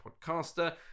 Podcaster